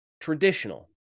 traditional